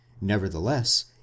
nevertheless